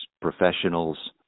professionals